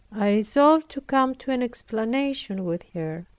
i resolved to come to an explanation with her.